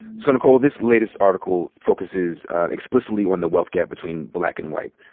so nikole, this latest article focuses explicitly on the wealth gap between black and white.